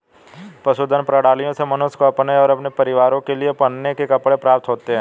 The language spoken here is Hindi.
पशुधन प्रणालियों से मनुष्य को अपने और अपने परिवार के लिए पहनने के कपड़े प्राप्त होते हैं